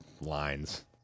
lines